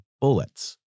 bullets